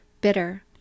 bitter